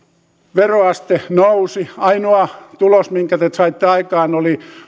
veroaste nousi ainoa tulos minkä te te saitte aikaan oli